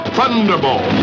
Thunderball